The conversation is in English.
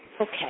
Okay